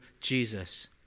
Jesus